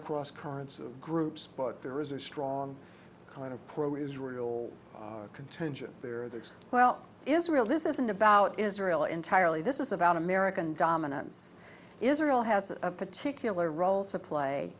of cross currents of groups but there is a strong kind of poor israel contingent there that's well israel this isn't about israel entirely this is about american dominance israel has a particular role to play